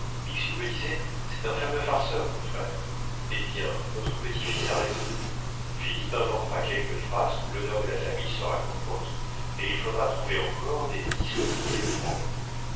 me disait c'est un fameux farceur ton frère eh bien votre petit-fils a raison philippe inventera quelque frasque où l'honneur de la famille sera compromis et il faudra trouver encore des dix ou douze mille francs